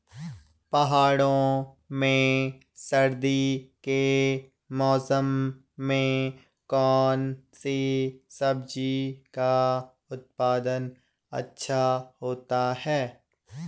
पहाड़ों में सर्दी के मौसम में कौन सी सब्जी का उत्पादन अच्छा होता है?